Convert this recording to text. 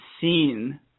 seen